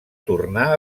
tornar